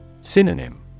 Synonym